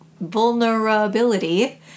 vulnerability